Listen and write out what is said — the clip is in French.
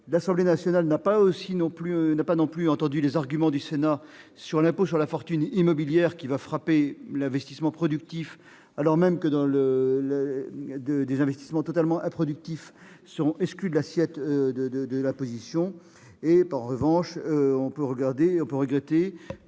L'Assemblée nationale n'a pas non plus entendu les arguments du Sénat sur l'impôt sur la fortune immobilière, qui frappera l'avertissement productif alors même que des investissements totalement improductifs seront exclus de l'assiette de l'imposition. On peut aussi regretter